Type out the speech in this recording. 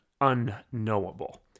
unknowable